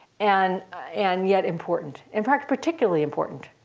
and and yet important in fact, particularly important.